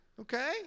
okay